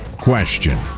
question